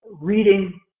reading